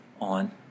on